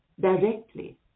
directly